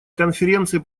конференции